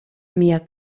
mia